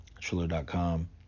Triller.com